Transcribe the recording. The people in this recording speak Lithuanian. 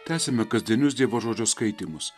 tęsime kasdienius dievo žodžio skaitymus